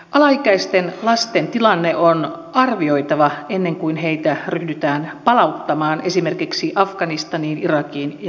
alaikäisten lasten tilanne on arvioitava ennen kuin heitä ryhdytään palauttamaan esimerkiksi afganistaniin irakiin ja somaliaan